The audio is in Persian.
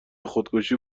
خودکشی